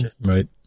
right